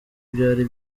byari